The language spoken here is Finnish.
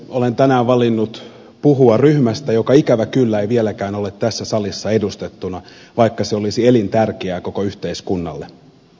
olen tänään valinnut puhua ryhmästä joka ikävä kyllä ei vieläkään ole tässä salissa edustettuna vaikka se olisi elintärkeää koko yhteiskunnalle